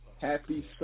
happy